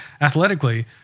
athletically